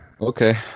Okay